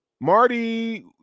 Marty